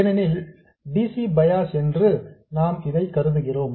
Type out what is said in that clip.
ஏனெனில் இது dc bias என்று நாம் கருதுகிறோம்